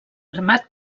armat